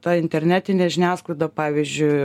ta internetinė žiniasklaida pavyzdžiui